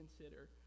consider